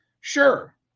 sure